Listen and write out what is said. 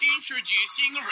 Introducing